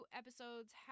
episodes